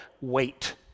Wait